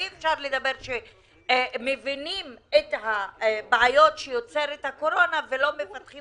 אי-אפשר לדבר כשמבינים את הבעיות שיוצרת הקורונה ולא מפתחים